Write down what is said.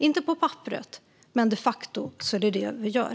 Inte på papperet, men de facto är det vad vi gör.